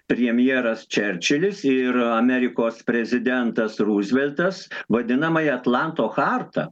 premjeras čerčilis ir amerikos prezidentas ruzveltas vadinamąjį atlanto chartą